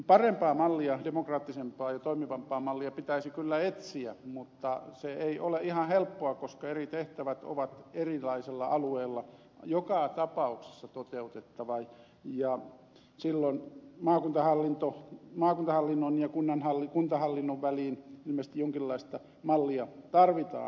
parempaa demokraattisempaa ja toimivampaa mallia pitäisi kyllä etsiä mutta se ei ole ihan helppoa koska eri tehtävät on erilaisella alueella joka tapauksessa toteutettava ja silloin maakuntahallinnon ja kuntahallinnon väliin ilmeisesti jonkinlaista mallia tarvitaan